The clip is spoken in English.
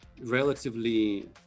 relatively